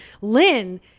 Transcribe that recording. Lynn